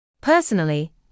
Personally